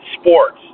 sports